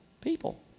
people